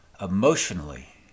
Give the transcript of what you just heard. emotionally